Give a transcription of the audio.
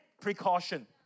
precaution